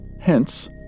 hence